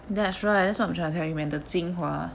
that's right that's what I'm trying to tell you man the 精华